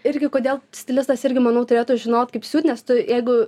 irgi kodėl stilistas irgi manau turėtų žinot kaip siūt nes tu jeigu